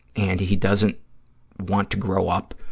and he doesn't want to grow up,